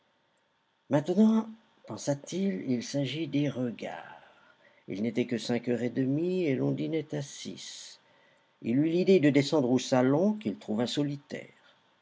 maintenant pensa-t-il il s'agit des regards il n'était que cinq heures et demie et l'on dînait à six il eut l'idée de descendre au salon qu'il trouva solitaire